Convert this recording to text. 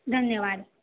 ધન્યવાદ